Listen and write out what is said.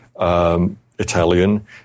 Italian